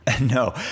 No